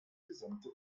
gesamte